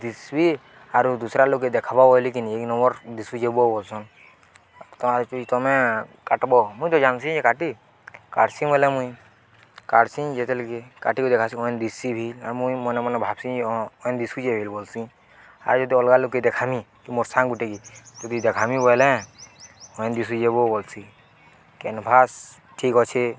ଦିଶ୍ବି ଆରୁ ଦୁସରା ଲୋକେ ଦେଖ୍ବ ବୋଇଲେ କିିନି ଏ ନମ୍ବର୍ ଦିଶ୍ ଯିବୁ ବୋଲ୍ସନ୍ ତ ତମେ କାଟ୍ବ ମୁଇଁ ତ ଜାନ୍ସି ଯେ କାଟି କାଟ୍ସି ବୋଇଲେ ମୁଇଁ କାଟ୍ସି ଯେତେ ଲଗେ କାଟିକୁ ଦେଖସି ଭି ଆର୍ ମୁଇଁ ମନେ ମନେ ଭି ବଲ୍ସି ଆଉ ଯଦି ଅଲଗା ଲୋକେ ଦେଖାମି କି ମୋର୍ ସାଙ୍ଗ ଗୁଟେ ଯଦି ଦେଖାମି ବୋଇଲେେ ହଇନ୍ ଦିଶୁ ଯିବ ବୋଲ୍ସି କ୍ୟାନ୍ଭାସ୍ ଠିକ୍ ଅଛେ